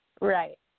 Right